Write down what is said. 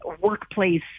workplace